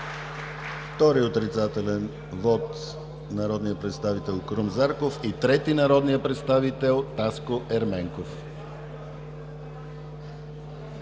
Втори отрицателен вот – народният представител Крум Зарков, и трети – народният представител Таско Ерменков.